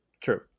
True